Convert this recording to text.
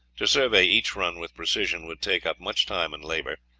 to survey each run with precision would take up much time and labour,